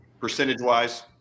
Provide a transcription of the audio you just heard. percentage-wise